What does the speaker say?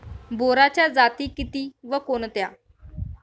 बोराच्या जाती किती व कोणत्या?